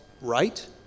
right